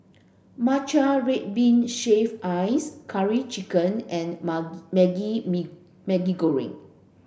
matcha red bean shaved ice curry chicken and Maggi Maggi Goreng